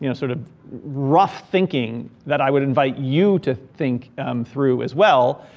you know sort of rough thinking that i would invite you to think through as well.